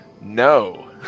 No